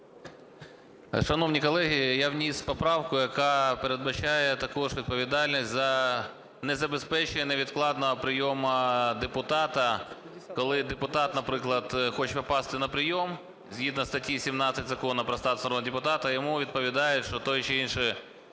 Шановні колеги, я вніс поправку, яка передбачає також відповідальність за незабезпечення невідкладного прийому депутата, коли депутат, наприклад, хоче попасти на прийом згідно статті 17 Закону про статус народного депутата, а йому відповідають, що той чи інший